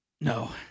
no